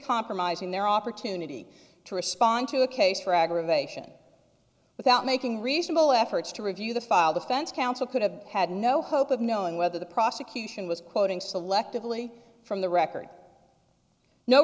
compromising their opportunity to respond to a case for aggravation without making reasonable efforts to review the file the fence counsel could have had no hope of knowing whether the prosecution was quoting selectively from the record no